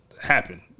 happen